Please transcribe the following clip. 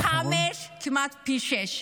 פי חמישה, כמעט פי שישה.